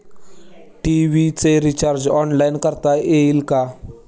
TV चे recharge online करता येईल का?